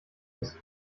ins